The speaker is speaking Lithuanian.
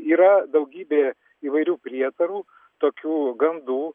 yra daugybė įvairių prietarų tokių gandų